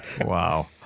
Wow